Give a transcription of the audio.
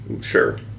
Sure